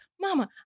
Mama